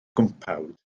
gwmpawd